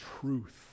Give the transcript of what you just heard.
truth